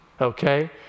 okay